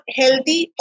healthy